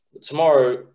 Tomorrow